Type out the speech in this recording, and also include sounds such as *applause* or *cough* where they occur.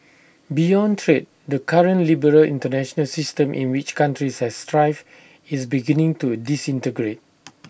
beyond trade the current liberal International system in which countries have thrived is beginning to disintegrate *noise*